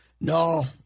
No